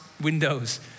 windows